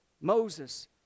Moses